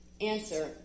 Answer